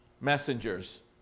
messengers